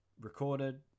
recorded